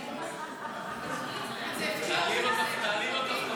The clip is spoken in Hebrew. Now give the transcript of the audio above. חברים --- תעלי עם הכפכפים.